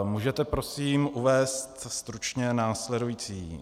Můžete prosím uvést stručně následující?